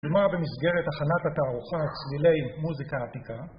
למה במסגרת הכנת התערוכה צלילי מוזיקה עתיקה